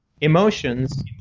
emotions